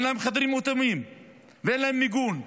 להם חדרים מותאמים ואין להם מיגון.